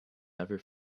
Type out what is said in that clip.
never